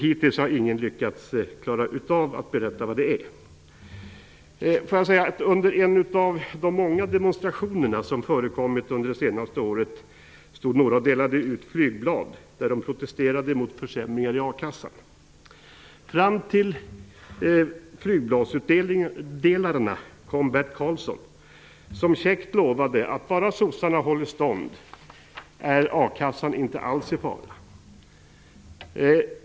Hittills har ingen lyckats klara att berätta vad det är fråga om. Under en av de många demonstrationer som förekommit under det senaste året stod några och delade ut flygblad där de protesterade mot försämringar av a-kassan. Fram till flygbladsutdelarna kom Bert Karlsson, som käckt lovade att bara sossarna håller stånd är a-kassan inte alls i fara.